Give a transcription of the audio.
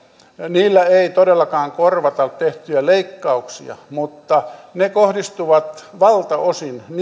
niillä ei todellakaan korvata tehtyjä leikkauksia mutta ne kohdistuvat valtaosin